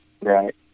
right